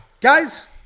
Guys